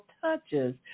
touches